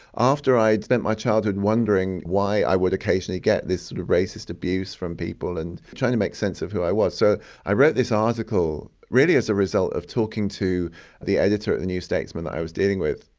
after i'd spent my childhood wondering why i would occasionally get this racist abuse from people and trying to make sense of who i was. so i wrote this article really as a result of talking to the editor at the new statesman who i was dealing with.